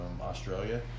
Australia